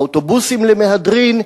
האוטובוסים למהדרין,